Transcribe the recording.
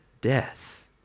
death